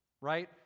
right